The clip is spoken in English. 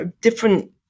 different